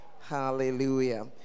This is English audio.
Hallelujah